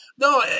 No